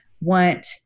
want